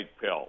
pill